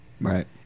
Right